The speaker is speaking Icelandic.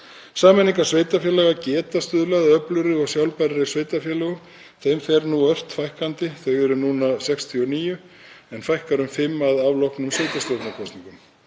Sameiningar sveitarfélaga geta stuðlað að öflugri og sjálfbærari sveitarfélögum. Þeim fer ört fækkandi og eru núna 69 en fækkar um fimm að afloknum sveitarstjórnarkosningum.